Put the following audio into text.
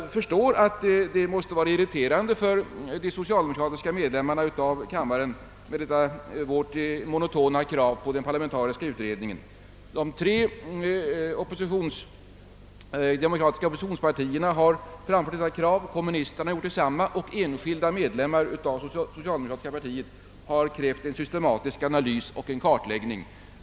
Jag förstår att vårt monotona krav på en parlamentarisk utredning måste vara irriterande för de socialdemokratiska medlemmarna av denna kammare. De tre demokratiska oppositionspartierna har framfört detta krav, kommunisterna har gjort detsamma och enskilda medlemmar av socialdemokratiska partiet har krävt en systematisk analys och en kartläggning.